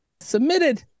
submitted